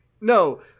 No